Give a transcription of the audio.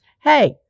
hey